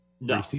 No